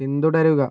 പിന്തുടരുക